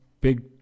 big